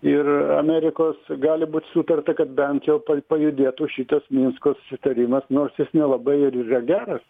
ir amerikos gali būt sutarta kad bent jau pajudėtų šitas minsko susitarimas nors jis nelabai ir yra geras